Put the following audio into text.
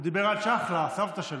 הוא דיבר על צ'חלה, הסבתא שלו,